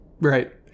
Right